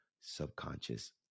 subconscious